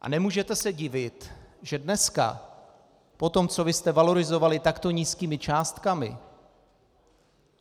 A nemůžete se divit, že dneska, potom, co vy jste valorizovali takto nízkými částkami,